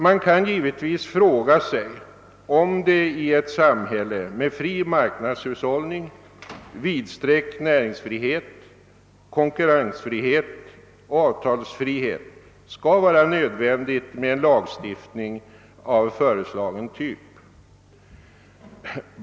Man kan givetvis fråga sig, om det i ett samhälle med fri marknadshushållning, vidsträckt näringsfrihet, konkurrensfrihet och avtalsfrihet skall vara nödvändigt med en lagstiftning av föreslagen typ.